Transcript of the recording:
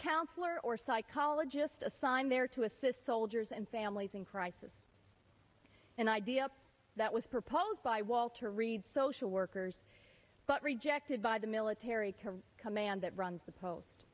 counselor or psychologist assigned there to assist soldiers and families in crisis an idea that was proposed by walter reed social workers but rejected by the military care command that runs the post